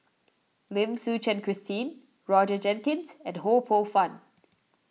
Lim Suchen Christine Roger Jenkins and Ho Poh Fun